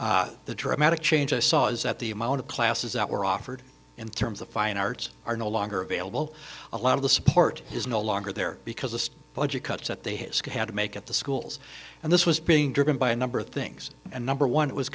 the dramatic changes saws at the amount of classes that were offered in terms of fine arts are no longer available a lot of the support is no longer there because the budget cuts that they his had to make at the schools and this was being driven by a number of things and number one it was